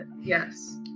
yes